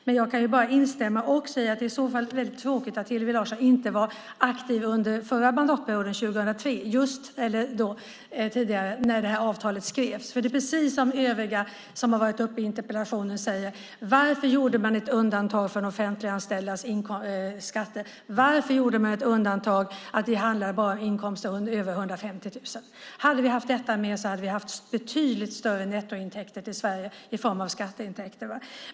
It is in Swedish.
Men jag kan också instämma i att det i så fall är tråkigt att Hillevi Larsson inte var aktiv under förra mandatperioden, 2003, när avtalet skrevs. Det är precis som övriga som har varit uppe i interpellationsdebatten säger: Varför gjorde man ett undantag för de offentliganställdas skatter? Varför gjorde man ett undantag så att det bara handlar om inkomster över 150 000? Om vi hade haft detta med skulle vi ha haft betydligt större nettointäkter till Sverige i form av skatteintäkter.